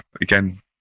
again